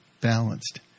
balanced